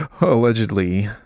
allegedly